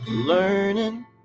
Learning